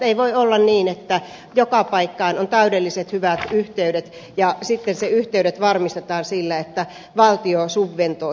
ei voi olla niin että joka paikkaan on täydelliset hyvät yhteydet ja sitten ne yhteydet varmistetaan sillä että valtio subventoi